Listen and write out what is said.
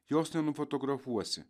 jos nenufotografuosi